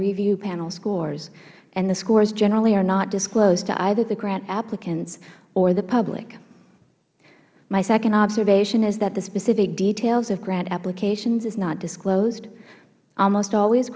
review panels scores and the scores generally are not disclosed to either the grant applicants or the public my second observation is that the specific details of grant applications are not disclosed almost always